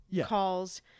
calls